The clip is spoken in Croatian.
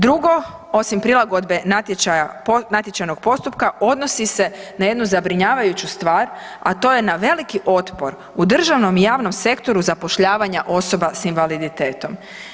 Drugo, osim prilagodbe natječajnog postupka odnosi se na jednu zabrinjavajuću stvar, a to je na veliki otpor u državnom i javnom sektoru zapošljavanja osoba s invaliditetom.